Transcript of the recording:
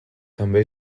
també